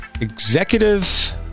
Executive